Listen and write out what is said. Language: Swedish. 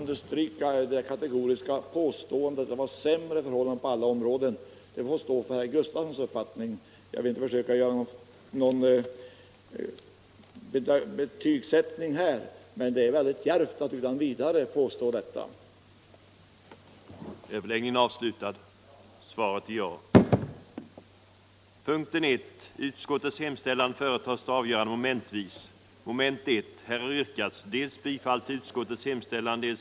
Herr talman! Det kategoriska påståendet att det var sämre förhållanden på alla områden förr i tiden får stå för herr Gustavssons i Nässjö egen räkning. Jag vill inte göra någon betygsättning här, men det är väldigt djärvt att påstå något sådant. den det ej vill röstar nej. den det ej vill röstar nej. den det ej vill röstar nej.